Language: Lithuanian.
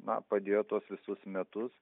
na padėjo tuos visus metus